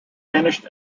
finished